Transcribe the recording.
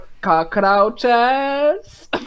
cockroaches